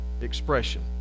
expression